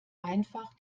einfach